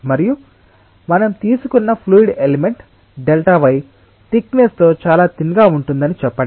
మరియు మనం తీసుకున్న ఫ్లూయిడ్ ఎలిమెంట్ Δy థిక్నెస్ తో చాలా థిన్ గా ఉంటుందని చెప్పండి